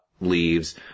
leaves